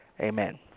Amen